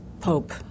Pope